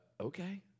okay